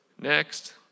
next